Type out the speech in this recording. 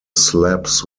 slabs